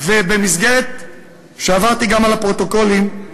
כשעברתי גם על הפרוטוקולים,